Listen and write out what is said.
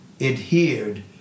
adhered